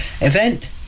Event